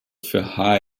für